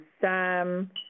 Sam